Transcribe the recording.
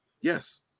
Yes